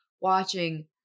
watching